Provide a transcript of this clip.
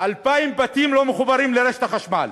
2,000 בתים לא מחוברים לרשת החשמל.